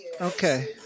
Okay